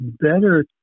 better